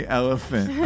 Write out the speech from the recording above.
elephant